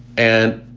and,